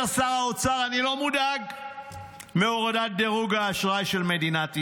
אומר שר האוצר: אני לא מודאג מהורדת דירוג האשראי של מדינת ישראל.